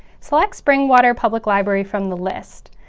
select springwater public library from the list.